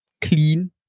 clean